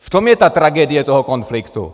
V tom je tragédie toho konfliktu.